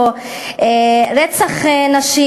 רצח נשים.